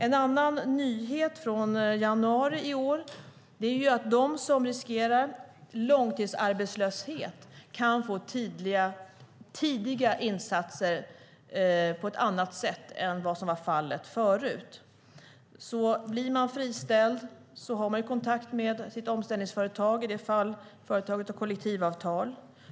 En nyhet från januari i år att de som riskerar långtidsarbetslöshet kan få tidiga insatser på ett annat sätt än som var fallet förut. Blir man friställd har man kontakt med sitt omställningsföretag i de fall företaget har kollektivavtal.